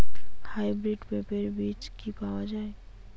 Hybrid পেঁপের বীজ কি পাওয়া যায়?